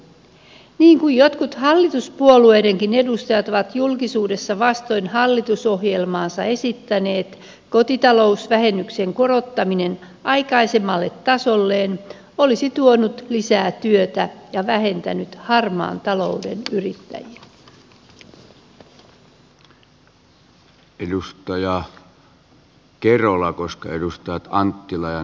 niin kuin jotkut hallituspuolueidenkin edustajat ovat julkisuudessa vastoin hallitusohjelmaansa esittäneet kotitalousvähennyksen korottaminen aikaisemmalle tasolleen olisi tuonut lisää työtä ja vähentänyt harmaan talouden yrittäjiä